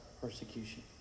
persecution